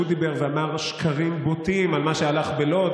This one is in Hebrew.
דיבר ואמר שקרים בוטים על מה שהלך בלוד,